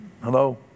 Hello